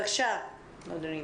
בבקשה אדוני.